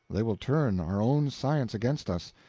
they will turn our own science against us.